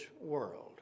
world